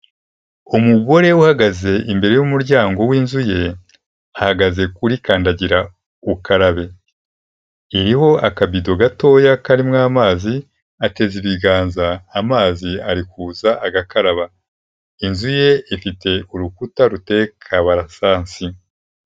Umugore uhagaze imbere y'umuryango w'inzu ye ahagaze kuri kandagira ukarabe, iriho akabido gatoya karimo amazi ateza ibiganza amazi ari kuza agakaraba, inzu ye ifite urukuta ruteye kabarasasi.